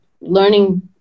learning